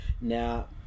now